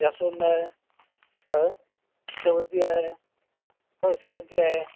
जास्वंद आहे ह शेवंती आहे हो शेवंती आहे